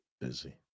busy